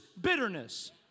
bitterness